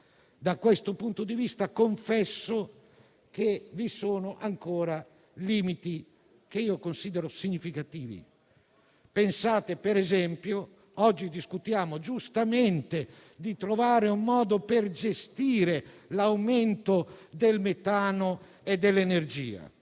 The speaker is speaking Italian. Da questo punto di vista confesso che vi sono ancora limiti che considero significativi. Oggi - per esempio - discutiamo giustamente di trovare un modo per gestire l'aumento del costo del metano e dell'energia.